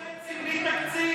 שנתיים וחצי